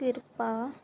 ਕਿਰਪਾ